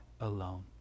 alone